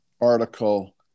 article